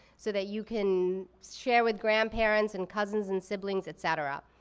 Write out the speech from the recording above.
so that you can share with grandparents, and cousins, and siblings, et cetera.